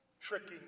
tricking